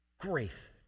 Grace